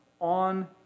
on